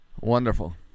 Wonderful